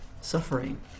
suffering